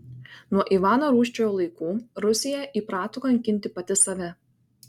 nuo ivano rūsčiojo laikų rusija įprato kankinti pati save